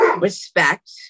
respect